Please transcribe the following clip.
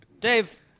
Dave